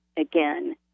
again